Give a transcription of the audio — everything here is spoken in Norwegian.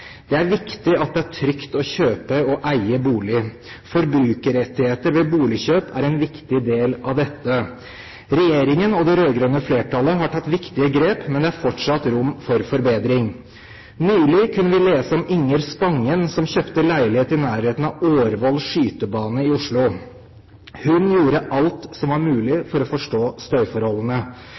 Det er viktig at det er trygt å kjøpe og eie bolig. Forbrukerrettigheter ved boligkjøp er en viktig del av dette. Regjeringen og det rød-grønne flertallet har tatt viktige grep, men det er fortsatt rom for forbedring. Nylig kunne vi lese om Inger Spangen, som kjøpte leilighet i nærheten av Årvoll skytebane i Oslo. Hun gjorde alt som var mulig for å forstå støyforholdene: